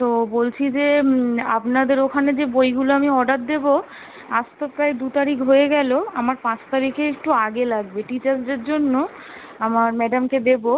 তো বলছি যে আপনাদের ওখানে যে বইগুলো আমি অর্ডার দেবো আজ তো প্রায় দু তারিখ হয়ে গেলো আমার পাঁচ তারিখের একটু আগে লাগবে টিচার্স ডের জন্য আমার ম্যাডামকে দেবো